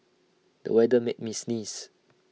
the weather made me sneeze